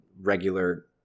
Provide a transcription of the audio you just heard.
regular